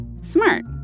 Smart